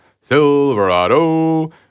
Silverado